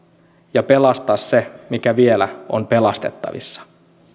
ja pelastaa se mikä vielä on pelastettavissa